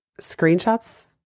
screenshots